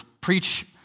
preach